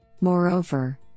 Moreover